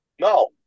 No